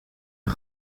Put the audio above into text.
een